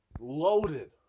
loaded